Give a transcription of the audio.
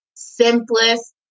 simplest